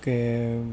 કે